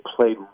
played